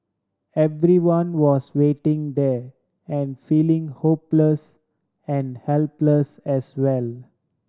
everyone was waiting there and feeling hopeless and helpless as well